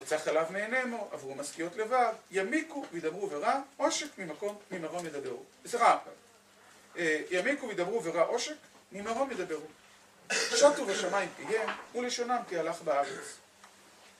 יצא מחלב ענימו עברו משכיות לבב, ימיקו וידברו ברע עושק ממרום ידברו. זה רע הפעם, ימיקו וידברו ברע, עושק ממרום ידבר. שתו בשמים פיהם, ולשונם תהלך בארץ.